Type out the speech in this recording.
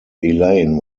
elaine